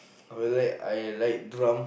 correct I like drum